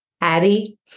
Addie